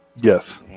Yes